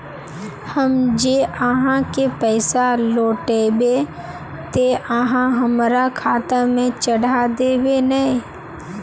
हम जे आहाँ के पैसा लौटैबे ते आहाँ हमरा खाता में चढ़ा देबे नय?